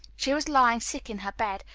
she was lying sick in her bed,